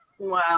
Wow